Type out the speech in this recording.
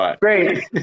Great